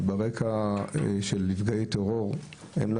ברקע של נפגעי טרור הם לא